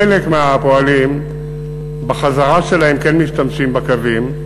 חלק מהפועלים בחזרה שלהם כן משתמשים בקווים,